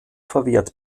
verwehrt